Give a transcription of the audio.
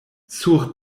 sur